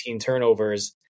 turnovers